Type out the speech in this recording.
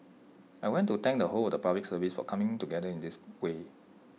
I want to thank the whole of the Public Service for coming together in this way